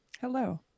hello